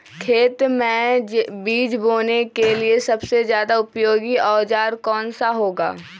खेत मै बीज बोने के लिए सबसे ज्यादा उपयोगी औजार कौन सा होगा?